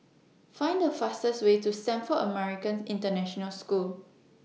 Find The fastest Way to Stamford American International School